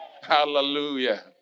Hallelujah